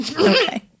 Okay